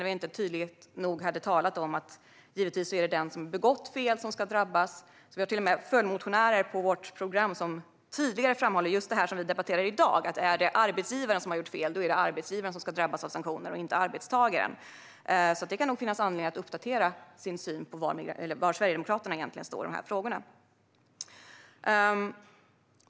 Vi hade inte tydligt nog talat om att det givetvis är den som har begått fel som ska drabbas. Vi har till och med följdmotioner på vårt program som tydligare framhåller just det som vi debatterar i dag, nämligen att om det är arbetsgivaren som har gjort fel är det arbetsgivaren och inte arbetstagaren som ska drabbas av sanktioner. Det kan alltså finnas anledning att uppdatera sin syn på var Sverigedemokraterna egentligen står i de här frågorna.